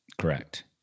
Correct